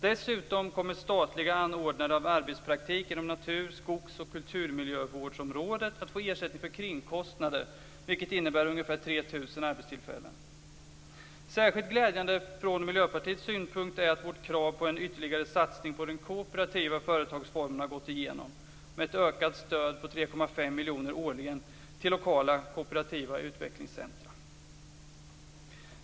Dessutom kommer statliga anordnare av arbetspraktik inom natur-, skogs och kulturmiljövårdsområdet att få ersättning för kringkostnader, vilket innebär ungefär 3 000 arbetstillfällen. Särskilt glädjande från Miljöpartiets synpunkt är att vårt krav på en ytterligare satsning på den kooperativa företagsformen har gått igenom med ett ökat stöd på 3,5 miljoner årligen till lokala kooperativa utvecklingscentrum.